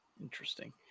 Interesting